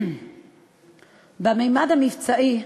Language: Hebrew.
בממד המבצעי,